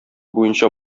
буенча